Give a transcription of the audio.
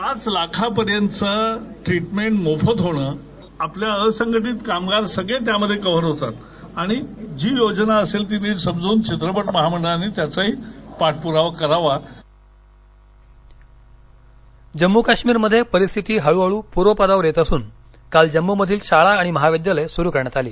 पाच लाखा पर्यंतचं ट्रीटमेंट मोफत होणं आपले असंघटित कामगार सगळे त्यात कव्हर होतात आणि जी योजना असेल ती नीट समजून चित्रपट महामंडळाने त्यांचाही पाठप्रावा करावा जम्म काश्मीर जम्मू काश्मीरमध्ये परिस्थिती हळूहळू पूर्वपदावर येत असून काल जम्मूमधील शाळा आणि महाविद्यालयं सुरू करण्यात आली